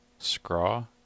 Scraw